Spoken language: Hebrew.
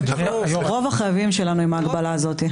רוב החייבים שלנו הם עם ההגבלה הזאת.